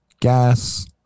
gas